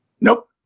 Nope